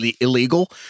illegal